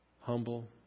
Humble